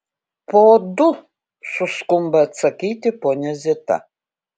po du suskumba atsakyti ponia zita